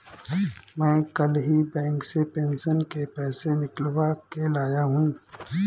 मैं कल ही बैंक से पेंशन के पैसे निकलवा के लाया हूँ